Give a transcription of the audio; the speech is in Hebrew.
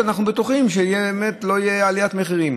אנחנו בטוחים שבאמת לא תהיה עליית מחירים.